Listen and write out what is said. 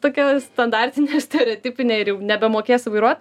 tokia standartinė ir stereotipinė ir jau nebemokėsiu vairuot